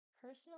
Personally